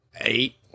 eight